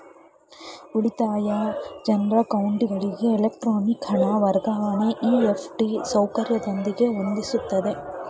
ಉಳಿತಾಯ ಜನ್ರ ಅಕೌಂಟ್ಗಳಿಗೆ ಎಲೆಕ್ಟ್ರಾನಿಕ್ ಹಣ ವರ್ಗಾವಣೆ ಇ.ಎಫ್.ಟಿ ಸೌಕರ್ಯದೊಂದಿಗೆ ಒದಗಿಸುತ್ತೆ